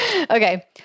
Okay